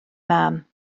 mam